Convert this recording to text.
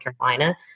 Carolina